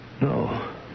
No